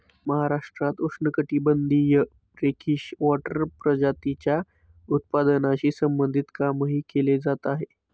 महाराष्ट्रात उष्णकटिबंधीय brackish water प्रजातींच्या उत्पादनाशी संबंधित कामही केले जात आहे